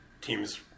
teams